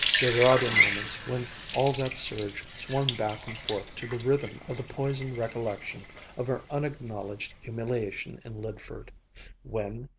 there were other moments when all that surge swung back and forth to the rhythm of the poisoned recollection of her unacknowledged humiliation in lydford when,